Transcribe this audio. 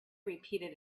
repeated